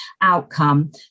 outcome